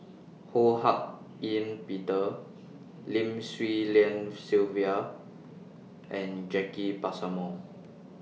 Ho Hak Ean Peter Lim Swee Lian Sylvia and Jacki Passmore